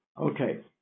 Okay